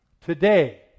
Today